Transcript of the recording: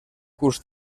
curs